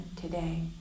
today